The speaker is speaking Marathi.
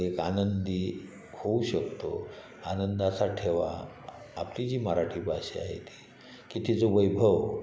एक आनंदी होऊ शकतो आनंदाचा ठेवा आपली जी मराठी भाषा आहे की तिचं वैभव